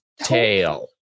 Tail